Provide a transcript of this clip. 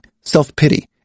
self-pity